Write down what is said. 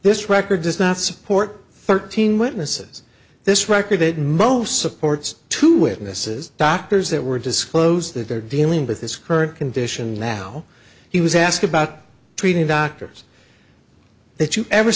this record does not support thirteen witnesses this record it most supports two witnesses doctors that were disclosed that they're dealing with this current condition that while he was asked about treating doctors that you've ever